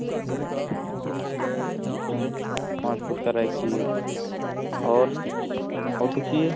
अच्छा पाँच फुट का रैक चाहिए और और कुछ चाहिए